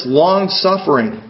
long-suffering